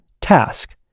task